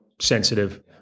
sensitive